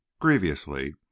grievously